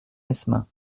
mesmin